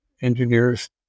engineers